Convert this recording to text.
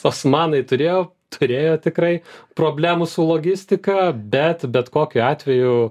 osmanai turėjo turėjo tikrai problemų su logistika bet bet kokiu atveju